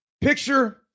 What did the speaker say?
picture